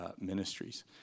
ministries